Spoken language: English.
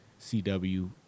CW